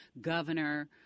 governor